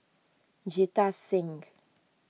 Jita Think